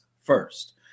first